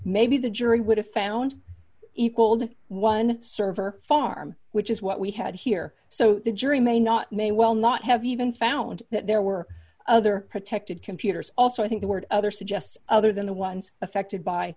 may be the jury would have found equaled one server farm which is what we had here so the jury may not may well not have even found that there were other protected computers also i think the word other suggests other than the ones affected by